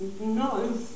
no